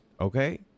Okay